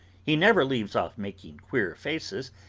he never leaves off making queer faces,